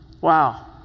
Wow